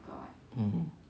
mm